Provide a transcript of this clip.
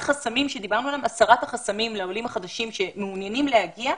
הסרת החסמים לעולים החדשים שמעוניינים להגיע.